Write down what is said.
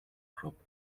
crop